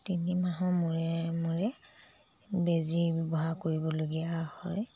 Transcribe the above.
তিনি মাহৰ মূৰে মূৰে বেজী ব্যৱহাৰ কৰিবলগীয়া হয়